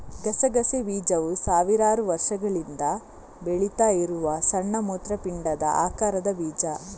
ಗಸಗಸೆ ಬೀಜವು ಸಾವಿರಾರು ವರ್ಷಗಳಿಂದ ಬೆಳೀತಾ ಇರುವ ಸಣ್ಣ ಮೂತ್ರಪಿಂಡದ ಆಕಾರದ ಬೀಜ